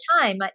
time